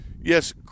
yes